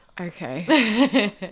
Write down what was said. Okay